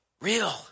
real